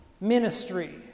ministry